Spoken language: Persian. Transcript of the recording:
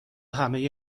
همهی